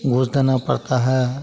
घूस देना पड़ता है